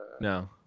No